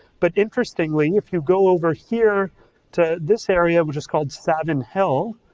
but interestingly, if you go over here to this area, which is called savin hill,